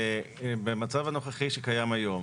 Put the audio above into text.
במצב הנוכחי שקיים היום,